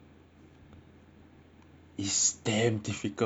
it's damn difficult